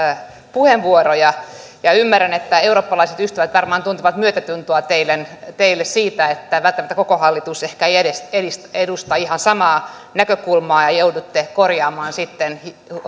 puheenvuoroja ja ymmärrän että eurooppalaiset ystävät varmaan tuntevat myötätuntoa teitä kohtaan siitä että välttämättä koko hallitus ehkä ei edusta ihan samaa näkökulmaa ja joudutte korjaamaan sitten